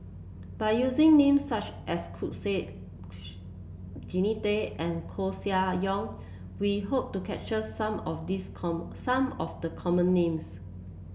by using names such as Said Jannie Tay and Koeh Sia Yong we hope to capture some of these common some of the common names